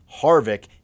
Harvick